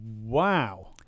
Wow